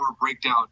breakdown